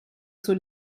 sul